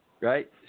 Right